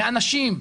מאנשים.